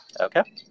Okay